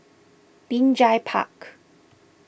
Binjai Park